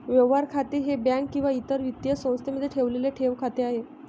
व्यवहार खाते हे बँक किंवा इतर वित्तीय संस्थेमध्ये ठेवलेले ठेव खाते आहे